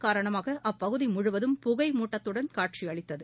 காரணமாக அப்பகுதி முழுவதும் புகைமூட்டத்துடன் காட்சியளித்தது